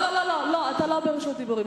אין לך רשות דיבור.